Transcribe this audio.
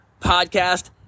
Podcast